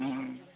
ହୁଁ ହୁଁ